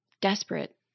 desperate